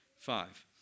five